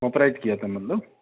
copyright किया था मतलब